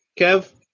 Kev